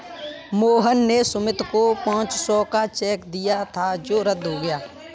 मोहन ने सुमित को पाँच सौ का चेक दिया था जो रद्द हो गया